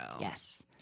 Yes